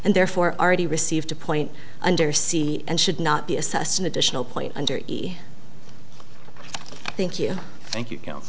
and therefore already received a point under c and should not be assessed an additional point under thank you thank you